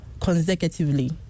Consecutively